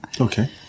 Okay